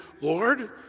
Lord